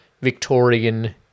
Victorian